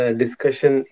discussion